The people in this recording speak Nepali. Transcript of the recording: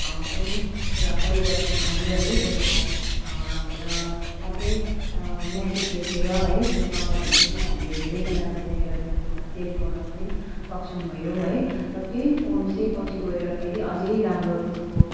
पनि एउटा परिवर्तन आयो है एउटा साथै म्यासेज लेखेर है त्यो नम्बरहरू पनि हामीले धेरैजनाको त्यहाँनिर त्यो फोनमा सेभ गर्न पनि सक्षम भयौँ है र त्यही फोन चाहिँ पछि गएर फेरि अझै राम्रो त्यसको